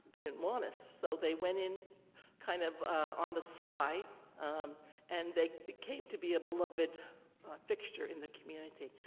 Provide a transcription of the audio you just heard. they didn't want us. so they went in kind of on the sly and they became to be a beloved fixture in the community.